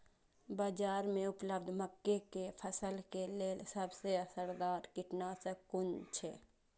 बाज़ार में उपलब्ध मके के फसल के लेल सबसे असरदार कीटनाशक कुन छै?